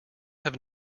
have